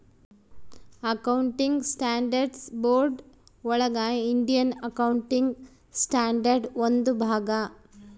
accounting standards board ಒಳಗ Indian accounting standard ಒಂದು ಭಾಗ